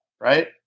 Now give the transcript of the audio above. right